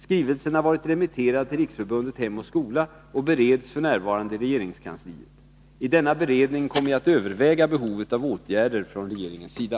Skrivelsen har varit remitterad till Riksförbundet Hem och Skola och bereds att stimulera inrättande av skolkonferenser f. n. iregeringskansliet. I denna beredning kommer jag att överväga behovet av åtgärder från regeringens sida.